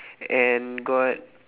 and got